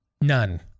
none